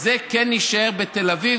זה כן יישאר בתל אביב,